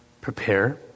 prepare